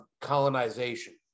colonization